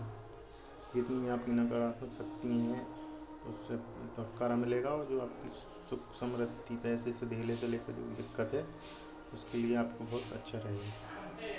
जितनी आपकी नकारात्मक शक्ति हैं उससे छुटकारा मिलेगा और जो सुख समृद्धि पैसे के लेन देन उसके लिए आपको बहुत अच्छा रहेगा